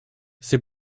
c’est